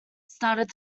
started